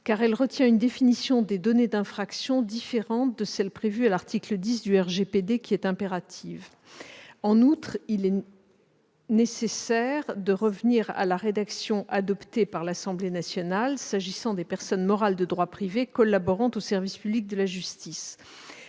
car elle retient une définition des données d'infraction différente de celle de l'article 10 du RGPD, qui est impérative. En outre, il est nécessaire de revenir à la rédaction adoptée par l'Assemblée nationale s'agissant des personnes morales de droit privé collaborant au service public de la justice.